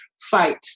fight